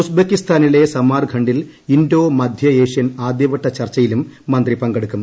ഉസ്ബക്കിസ്ഥാനിലെ സമാർഖണ്ടിൽ ഇന്തോ മധ്യ ഏഷ്യൻ ആദ്യവട്ട ചർച്ചയിലും മന്ത്രി പങ്കെടുക്കും